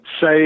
say